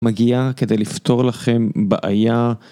מגיעה כדי לפתור לכם בעיה.